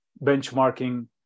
benchmarking